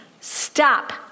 Stop